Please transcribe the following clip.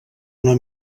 una